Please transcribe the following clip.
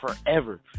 forever